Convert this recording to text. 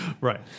Right